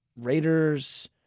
Raiders